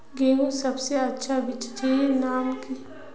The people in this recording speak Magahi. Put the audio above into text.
गेहूँर सबसे अच्छा बिच्चीर नाम की छे?